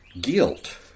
guilt